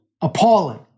appalling